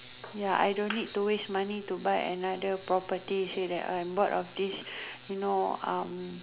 ya I don't need to waste money to buy another property say that I'm bored of this you know um